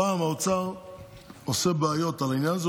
הפעם האוצר עושה בעיות על העניין הזה,